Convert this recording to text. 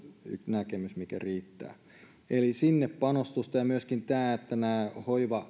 näkemys mikä riittää eli sinne panostusta myöskin tämä tämä